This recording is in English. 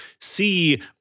see